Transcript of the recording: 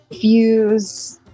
fuse